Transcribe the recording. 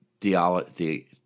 theology